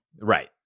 Right